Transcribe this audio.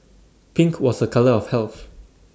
pink was A colour of health